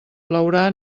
plourà